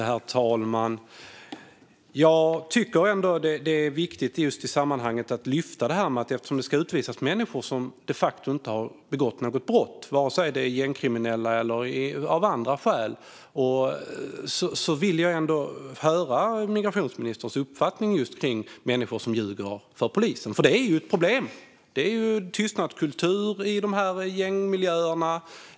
Herr talman! Jag tycker att det är viktigt i sammanhanget att lyfta fram att människor som de facto inte har begått något brott ska utvisas, oavsett om det är på grund av gängkriminalitet eller andra skäl. Jag vill höra migrationsministerns uppfattning om människor som ljuger för polisen. Det är ju ett problem! Tystnadskultur råder i gängmiljöerna.